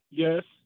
yes